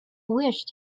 wished